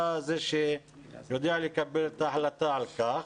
אתה זה שיודע לקבל את ההחלטה על כך.